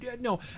no